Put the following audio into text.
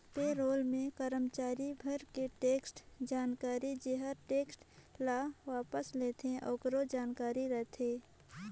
पे role मे करमाचारी भर के टेक्स जानकारी जेहर टेक्स ल वापस लेथे आकरो जानकारी रथे